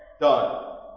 Done